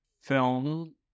film